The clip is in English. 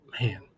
man